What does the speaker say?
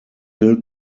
hill